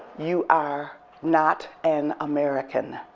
you are not an american.